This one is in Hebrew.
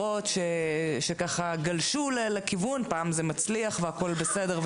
פעם זה מצליח והכול בסדר,